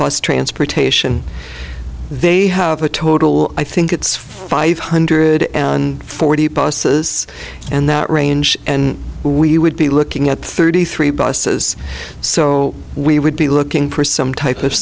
bus transportation they have a total i think it's five hundred forty buses and that range and we would be looking at thirty three buses so we would be looking for some type of